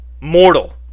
mortal